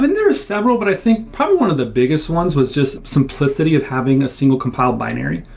mean, there are several, but i think probably one of the biggest ones was just simplicity of having a single compound binary.